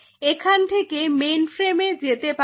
এখান থেকে মেইনফ্রেমে যেতে পারি